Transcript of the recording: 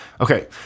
Okay